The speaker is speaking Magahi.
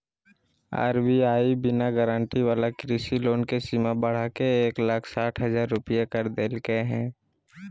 आर.बी.आई बिना गारंटी वाला कृषि लोन के सीमा बढ़ाके एक लाख साठ हजार रुपया कर देलके हें